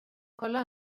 kolla